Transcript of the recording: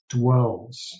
dwells